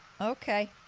Okay